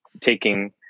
taking